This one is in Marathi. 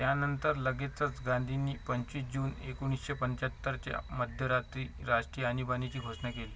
त्यानंतर लगेचच गांधींनी पंचवीस जून एकोणीसशे पंच्याहत्तरच्या मध्यरात्री राष्ट्रीय आणीबाणीची घोषणा केली